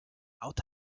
out